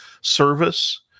service